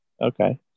Okay